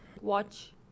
Watch